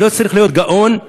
לא צריך להיות גאון,